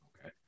Okay